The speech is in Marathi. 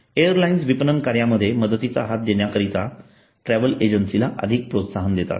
एअरलाइन्स विपणन कार्यामध्ये मदतीचा हात देण्याकरीता ट्रॅव्हल एजन्सींना आर्थिक प्रोत्साहन देतात